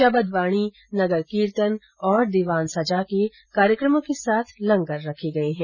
शबद वाणी नगर कीर्तन और दीवान सजाके कार्यकर्मो के साथ लंगर रखे गए है